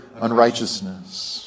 unrighteousness